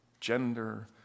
gender